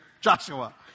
Joshua